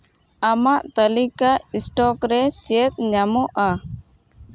ᱟᱢᱟᱜ ᱛᱟᱹᱞᱤᱠᱟ ᱥᱴᱚᱠ ᱨᱮ ᱪᱮᱫ ᱧᱟᱢᱚᱜᱼᱟ